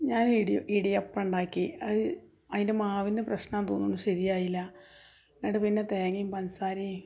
ഞാൻ ഇടിയപ്പം ഇടിയപ്പം ഉണ്ടാക്കി അത് അതിൻ്റെ മാവിൻ്റെ പ്രശ്നം എന്ന് തോന്നുന്നു ശരിയായില്ല എന്നിട്ട് പിന്നെ തേങ്ങേയും പഞ്ചസാരയും